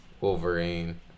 Wolverine